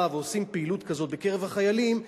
שנכנסים ועושים פעילות כזאת בקרב החיילים,